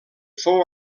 fou